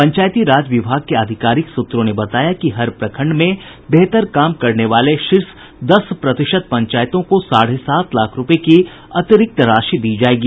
पंचायती राज विभाग के आधिकारिक सूत्रों ने बताया कि हर प्रखंड में बेहतर काम करने वाले शीर्ष दस प्रतिशत पंचायतों को साढ़े सात लाख रूपये की अतिरिक्त राशि दी जायेगी